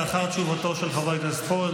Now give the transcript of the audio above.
לאחר תשובתו של חבר הכנסת פורר,